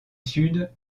sud